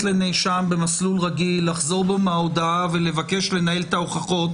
לנאשם במסלול רגיל לחזור בו מההודאה ולבקש לנהל את ההוכחות,